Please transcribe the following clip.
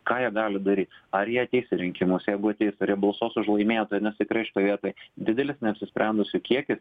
ką jie gali daryt ar jie ateis į rinkimus jeigu ateis ar jie balsuos už laimėtoją nes tikrai šitoj vietoj didelis neapsisprendusių kiekis